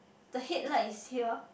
the headlight is here